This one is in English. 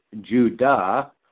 Judah